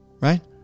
right